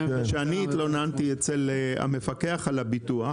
כשאני התלוננתי אצל המפקח על הביטוח,